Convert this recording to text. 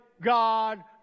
God